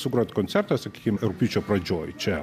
sugrot koncertą sakykim rugpjūčio pradžioj čia